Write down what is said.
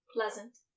Pleasant